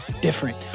different